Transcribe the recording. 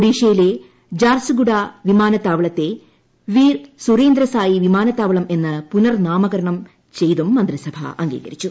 ഒഡീഷയിലെ ജാർസുഗുഡ വിമാനത്താവളത്തെ വീർ സുരേന്ദ്രസായി വിമാനത്താവളം എന്ന് പുനർനാമകരണം ചെയ്തും മന്ത്രിസഭ അംഗീകരിച്ചു